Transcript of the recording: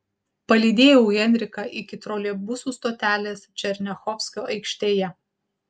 palydėjau henriką iki troleibusų stotelės černiachovskio aikštėje